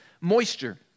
moisture